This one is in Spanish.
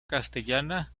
castellana